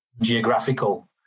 geographical